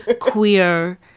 queer